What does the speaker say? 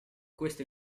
questo